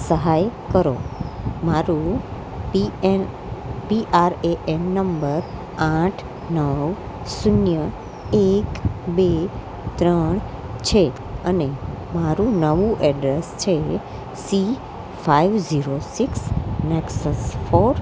સહાય કરો મારું P N P R A N number આઠ નવ શૂન્ય એક બે ત્રણ છે અને મારું નવું એડ્રેસ છે C five zero six nexus four